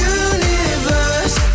universe